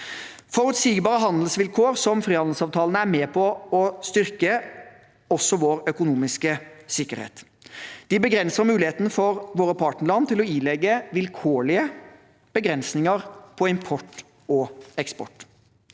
Forutsigbare handelsvilkår som frihandelsavtalene er med på å styrke vår økonomiske sikkerhet. De begrenser muligheten for våre partnerland til å ilegge vilkårlige begrensninger på import og eksport.